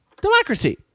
democracy